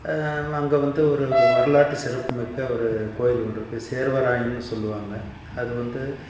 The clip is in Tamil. அங்கே வந்து ஒரு வரலாற்று சிறப்புமிக்க ஒரு கோவில் ஒன்று இருக்கு சேர்வராயன்னு சொல்வாங்க அது வந்து